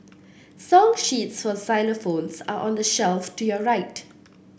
song sheets for xylophones are on the shelf to your right